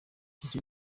icyo